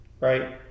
right